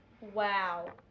Wow